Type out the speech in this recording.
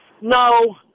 No